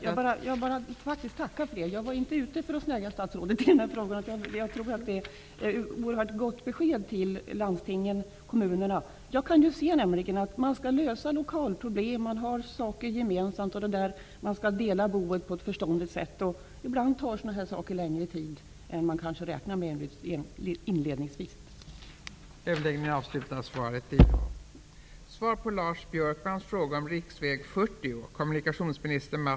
Fru talman! Jag tackar för det. Jag var inte ute för att snärja statsrådet i den här frågan, och jag tycker att det är ett oerhört gott besked till landstingen och kommunerna. Man skall ju lösa lokalproblem, man har saker gemensamt och man skall dela boet på ett förståndigt sätt, och ibland tar sådana saker längre tid än man kanske inledningsvis räknar med.